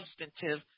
substantive